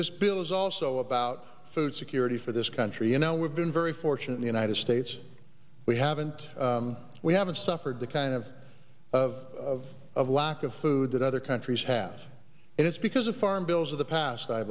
this bill is also about food security for this country you know we've been very fortunate the united states we haven't we haven't suffered the kind of of of lack of food that other countries have and it's because of farm bills of the past i